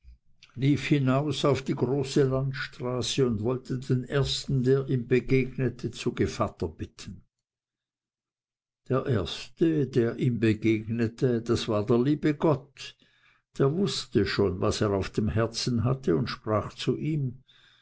lief hinaus auf die große landstraße und wollte den ersten der ihm begegnete zu gevatter bitten der erste der ihm begegnete das war der liebe gott der wußte schon was er auf dem herzen hatte und sprach zu ihm